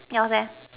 yours